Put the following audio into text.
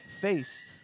face